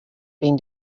been